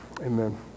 Amen